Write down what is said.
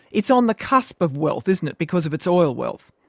it's on the cusp of wealth isn't it, because of its oil wealth?